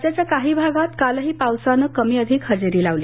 राज्याच्या काही भागात कालही पावसानं हजेरी लावली